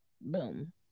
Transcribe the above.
boom